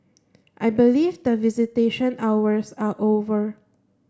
I believe that visitation hours are over